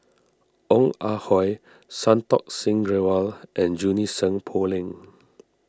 Ong Ah Hoi Santokh Singh Grewal and Junie Sng Poh Leng